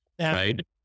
Right